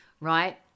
right